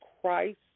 Christ